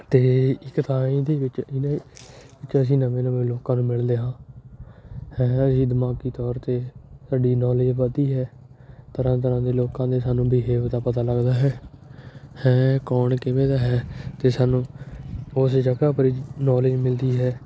ਅਤੇ ਇੱਕ ਤਾਂ ਇਹਦੇ ਵਿੱਚ ਇਹਦੇ ਵਿੱਚ ਅਸੀਂ ਨਵੇਂ ਨਵੇਂ ਲੋਕਾਂ ਨੂੰ ਮਿਲਦੇ ਹਾਂ ਹੈਂ ਜੀ ਦਿਮਾਗੀ ਤੌਰ 'ਤੇ ਸਾਡੀ ਨੌਲੇਜ ਵੱਧਦੀ ਹੈ ਤਰ੍ਹਾਂ ਤਰ੍ਹਾਂ ਦੇ ਲੋਕਾਂ ਦੇ ਸਾਨੂੰ ਬਿਹੇਵ ਦਾ ਪਤਾ ਲੱਗਦਾ ਹੈ ਹੈਂ ਕੌਣ ਕਿਵੇਂ ਦਾ ਹੈ ਅਤੇ ਸਾਨੂੰ ਉਸੇ ਜਗ੍ਹਾ ਪਰ ਨੌਲੇਜ ਮਿਲਦੀ ਹੈ